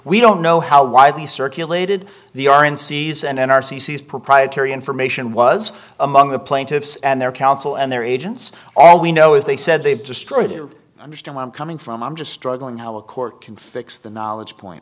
we don't know how widely circulated the are in season and r c c is proprietary information was among the plaintiffs and their counsel and their agents all we know is they said they've destroyed you understand i'm coming from i'm just struggling how a court can fix the knowledge point